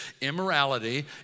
immorality